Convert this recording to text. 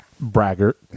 Braggart